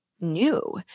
new